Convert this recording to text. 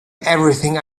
everything